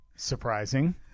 Surprising